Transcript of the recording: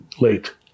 late